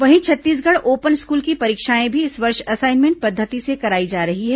वहीं Chhattisgarh open school की परीक्षाएं भी इस वर्ष असाइनमेंट पद्वति से कराई जा रही हैं